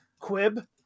quib